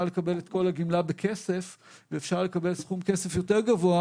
לקבל את כל הגמלה בכסף ואפשר לקבל סכום כסף יותר גבוה,